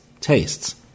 tastes